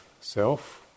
self